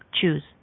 Choose